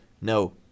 No